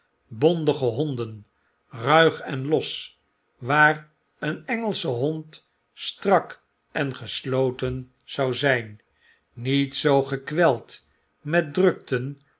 bondige honden ruig en los waar een engelsche hond strak en gesloten zou zyn niet zoo gekweld met drukten